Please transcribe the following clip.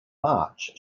march